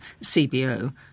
CBO